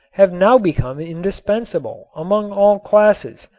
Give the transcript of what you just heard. have now become indispensable among all classes.